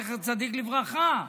זכר צדיק לברכה,